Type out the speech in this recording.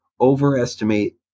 overestimate